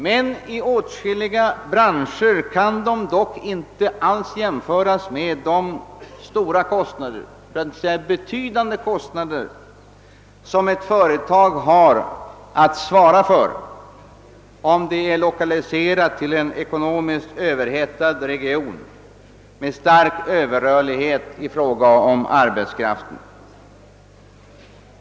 Men i åtskilliga branscher kan fraktkostnaderna inte alls jämföras med de betydande kostnader som ett företag har om det är lokaliserat till en ekonomiskt överhettad region med stark överrörlighet hos arbetskraften.